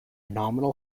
nominal